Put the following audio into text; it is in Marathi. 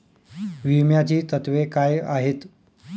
विम्याची तत्वे काय आहेत?